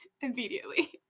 immediately